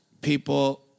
people